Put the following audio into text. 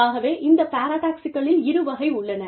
ஆகவே இந்த பாராடாக்ஸ்களில் இரு வகை உள்ளன